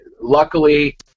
luckily